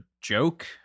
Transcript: joke